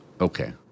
Okay